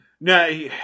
No